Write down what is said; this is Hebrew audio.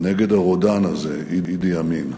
נגד הרודן הזה, אידי אמין,